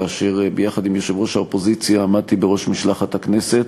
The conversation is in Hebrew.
כאשר ביחד עם יו"ר האופוזיציה עמדתי בראש משלחת הכנסת.